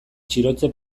txirotze